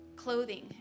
clothing